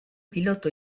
piloto